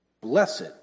Blessed